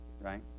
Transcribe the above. right